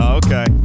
okay